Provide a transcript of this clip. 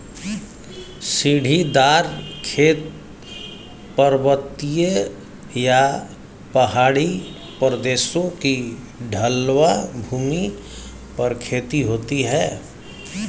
सीढ़ीदार खेत, पर्वतीय या पहाड़ी प्रदेशों की ढलवां भूमि पर खेती होती है